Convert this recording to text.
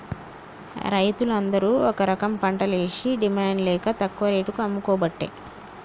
రైతులు అందరు ఒక రకంపంటలేషి డిమాండ్ లేక తక్కువ రేటుకు అమ్ముకోబట్టే